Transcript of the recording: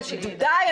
אני